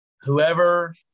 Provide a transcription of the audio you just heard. whoever